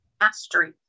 mastery